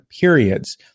periods